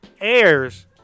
Airs